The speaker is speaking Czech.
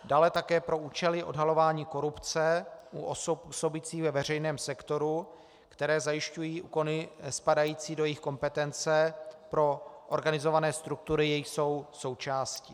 Dále také pro účely odhalování korupce u osob působících ve veřejném sektoru, které zajišťují úkony spadající do jejich kompetence pro organizované struktury, jichž jsou součástí.